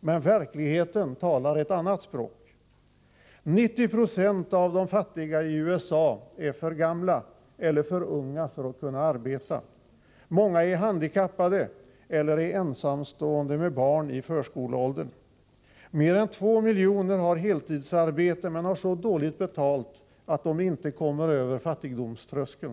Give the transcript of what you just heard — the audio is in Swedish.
Men verkligheten talar ett annat språk: o 90 90 av de fattiga i USA är för gamla eller för unga för att kunna arbeta. Många är handikappade eller är ensamstående med barn i förskoleåldern. Oo Mer än 2 miljoner har heltidsarbete men har så dåligt betalt att de inte kommer över fattigdomströskeln.